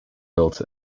built